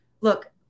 look